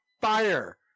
fire